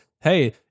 hey